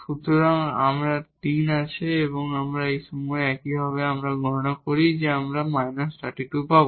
সুতরাং আমাদের 3 আছে এবং এই সময়ে একইভাবে যদি আমরা গণনা করি আমরা −32 পাব